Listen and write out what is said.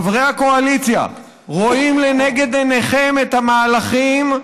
חברי הקואליציה, רואים לנגד עיניכם את המהלכים,